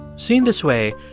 seen this way,